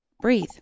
breathe